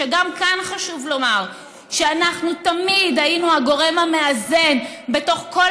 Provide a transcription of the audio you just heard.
כשגם כאן חשוב לומר שאנחנו תמיד היינו הגורם המאזן בתוך כל